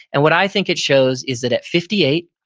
and what i think it shows is that at fifty eight,